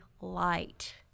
light